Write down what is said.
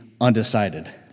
undecided